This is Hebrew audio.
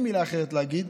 אין לי מילה אחרת להגיד.